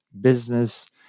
Business